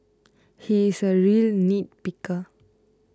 he is a real nitpicker